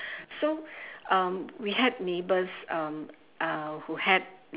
so um we had neighbours um uh who had